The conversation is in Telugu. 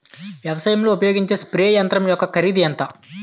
వ్యవసాయం లో ఉపయోగించే స్ప్రే యంత్రం యెక్క కరిదు ఎంత?